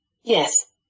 Yes